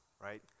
right